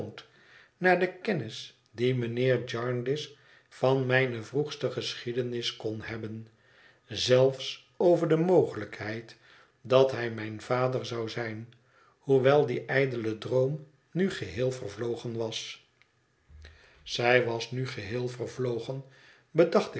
naar de kennis die mijnheer jarndyce van mijne vroegste geschiedenis kon hebben zelfs over de mogeheid dat hij mijn vader zou zijn hoewel die ijdele droom nu geheel vervlogen was zij was nu geheel vervlogen bedacht